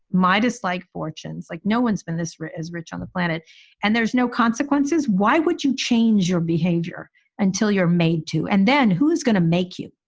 midas like fortunes, like no one's been this rich is rich on the planet and there's no consequences. why would you change your behavior until you're made to? and then who is going to make you?